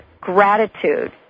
gratitude